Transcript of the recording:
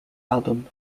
album